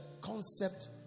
concept